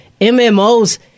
MMOs